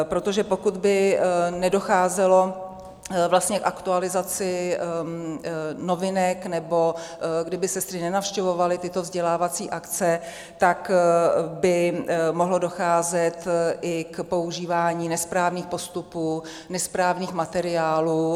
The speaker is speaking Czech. Protože pokud by nedocházelo vlastně k aktualizaci novinek, nebo kdyby sestry nenavštěvovaly tyto vzdělávací akce, tak by mohlo docházet i k používání nesprávných postupů, nesprávných materiálů.